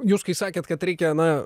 jūs kai sakėt kad reikia na